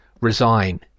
resign